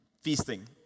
Feasting